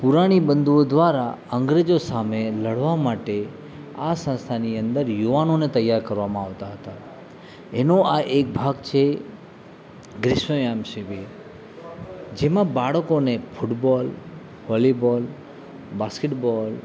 પુરાણી બંધુઓ દ્વારા અંગ્રેજો સામે લડવા માટે આ સંસ્થાની અંદર યુવાનોને તૈયાર કરવામાં આવતા હતા એનો આ એક ભાગ છે ગ્રીષ્મયામ શીબિર જેમાં બાળકોને ફૂટબોલ વોલીબોલ બાસ્કેટબોલ